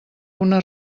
una